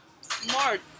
smart